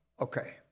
okay